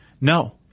no